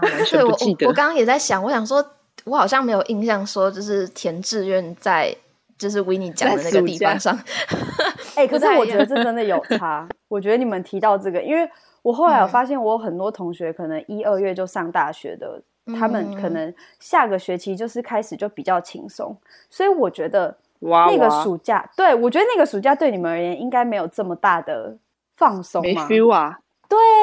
对，我- 我- 我完全不记得。刚刚也在想，我想说，我好像没有印象说就是填志愿在- 就是Winnie讲在的那个暑假。地方上。 哎，可是不太一样。我觉得这真的有差， 我觉得你们提到这个，因为我后来有嗯。发现我有很多同学可能一、二月就上大学的，他们嗯。可能下个学期就是开始就比较轻松，所以我觉得哇，那个哇。暑假- 对，我觉得那个暑假对你们而言应该没有这么大的放松没嘛。feel啊。对。